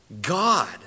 God